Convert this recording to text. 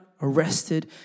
arrested